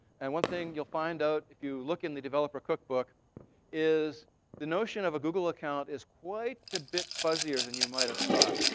and one thing you'll find out if you look in the developer cookbook is the notion of a google account is quite a bit fuzzier than you might have thought.